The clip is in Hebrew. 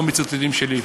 לא ציטוטים שלי.